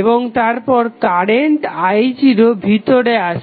এবং তারপর current i0 ভিতরে আসছে